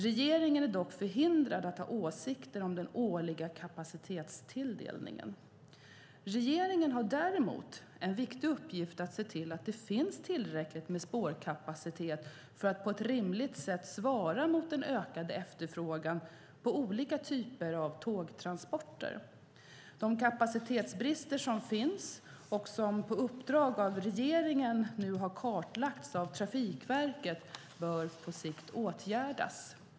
Regeringen är dock förhindrad att ha åsikter om den årliga kapacitetstilldelningen. Regeringen har däremot en viktig uppgift att se till att det finns tillräckligt med spårkapacitet för att på ett rimligt sätt svara mot den ökade efterfrågan på olika typer av tågtransporter. De kapacitetsbrister som finns, och som på uppdrag av regeringen kartlagts av Trafikverket, bör på sikt åtgärdas.